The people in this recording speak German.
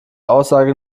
aussage